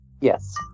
Yes